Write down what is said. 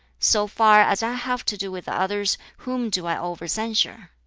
so far as i have to do with others, whom do i over-censure?